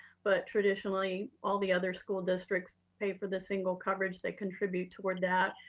but traditionally, all the other school districts pay for the single coverage, they contribute toward that,